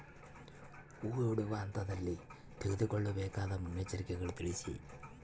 ಹೂ ಬಿಡುವ ಹಂತದಲ್ಲಿ ತೆಗೆದುಕೊಳ್ಳಬೇಕಾದ ಮುನ್ನೆಚ್ಚರಿಕೆಗಳನ್ನು ತಿಳಿಸಿ?